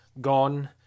gone